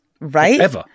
Right